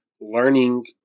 learning